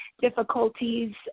difficulties